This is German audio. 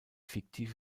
fiktive